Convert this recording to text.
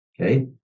okay